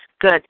good